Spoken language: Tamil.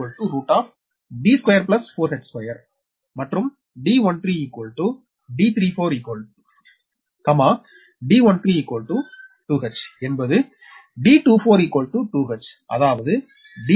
மற்றும் d13 d34 d13 2h என்பது d24 2h அதாவது d13 d24 2h